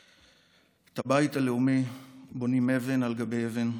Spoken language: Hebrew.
את הבית הלאומי בונים אבן על גבי אבן,